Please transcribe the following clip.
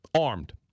armed